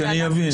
שאני אבין.